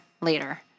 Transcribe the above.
later